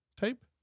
type